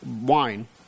wine